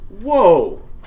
Whoa